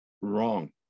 Wrong